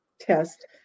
test